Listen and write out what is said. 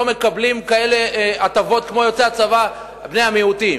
לא מקבלים כאלה הטבות כמו יוצאי צבא בני מיעוטים.